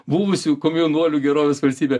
buvusių komjaunuolių gerovės valstybė